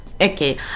okay